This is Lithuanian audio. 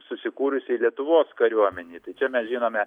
susikūrusiai lietuvos kariuomenei tai čia mes žinome